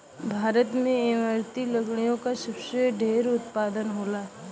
भारत में इमारती लकड़ी क सबसे ढेर उत्पादन होला